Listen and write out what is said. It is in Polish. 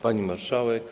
Pani Marszałek!